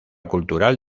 cultural